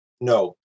No